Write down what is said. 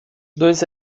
dois